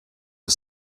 are